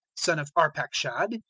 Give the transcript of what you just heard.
son of arpachshad,